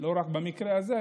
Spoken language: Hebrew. לא רק במקרה הזה,